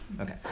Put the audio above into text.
okay